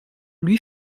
lui